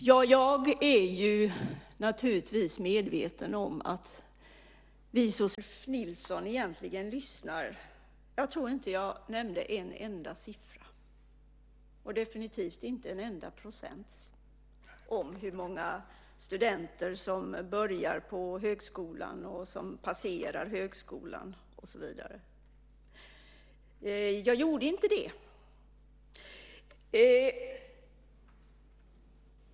Fru talman! Jag blir lite bekymrad över hur Ulf Nilsson egentligen lyssnar. Jag tror inte att jag nämnde en enda siffra, och definitivt inte en enda procent, på hur många studenter som börjar på högskolan och som passerar högskolan. Jag gjorde inte det.